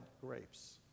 grapes